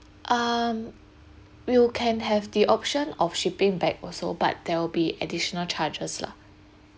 um you can have the option of shipping back also but there will be additional charges lah